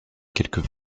quelques